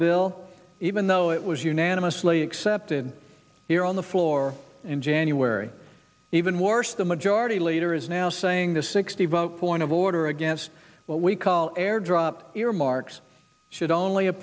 bill even though it was unanimously accepted here on the floor in january even worse the majority leader is now saying the sixty vote for an avoider against what we call airdrop earmarks should only a